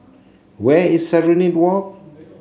where is Serenade Walk